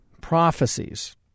prophecies